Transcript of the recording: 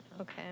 Okay